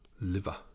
Liver